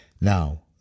Now